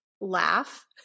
laugh